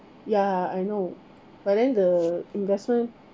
ya I know but then the investment